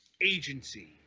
Agency